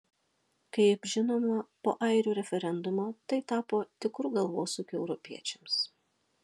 kaip žinoma po airių referendumo tai tapo tikru galvosūkiu europiečiams